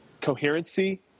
coherency